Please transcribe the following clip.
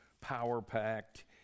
power-packed